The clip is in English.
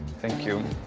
thank you.